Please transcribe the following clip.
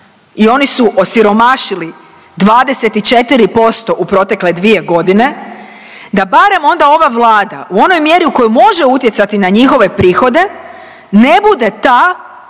i oni su osiromašili 24% u protekle dvije godine da barem onda ova Vlada u onoj mjeri u kojoj može utjecati na njihove prihode ne bude ta